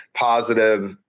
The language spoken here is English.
positive